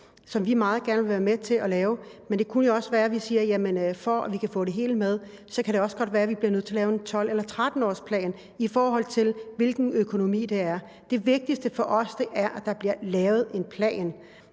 som vi meget gerne vil være med til at lave, men det kunne jo også være, vi skulle sige, at vi for at få det hele med bliver nødt til at lave en 12- eller 13-årsplan, i forhold til hvilken økonomi der er. Det vigtigste for os er, at der bliver lavet en plan,